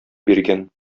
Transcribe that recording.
биргән